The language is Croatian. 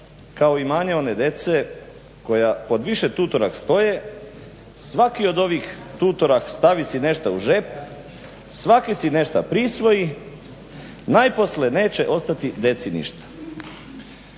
kao imanje one dece koja pod više tutorah stoje, svaki od ovih tutorah stavi si nešta u žep, svaki si nešta prisvoji, najposle neće ostati deci ništa.